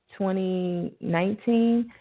2019